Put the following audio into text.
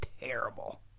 terrible